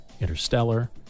Interstellar